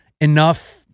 enough